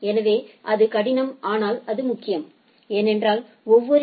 எனவே அது கடினம் ஆனால் அது முக்கியம் ஏனென்றால் ஒவ்வொரு ஏ